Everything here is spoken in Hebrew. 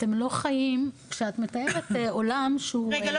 כשאת מתארת עולם שהוא --- רגע,